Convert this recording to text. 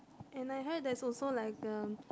and I heard there's also like uh